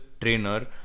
trainer